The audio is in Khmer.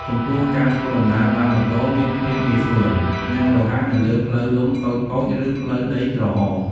ចំពោះការធ្វើដំណើរដោយម៉ូតូមានភាពងាយស្រួល និងរហ័សនៅលើផ្លូវលំតូចៗ ឬផ្លូវដីក្រហម។